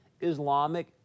Islamic